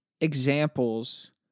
examples